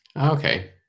Okay